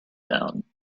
down